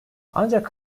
ancak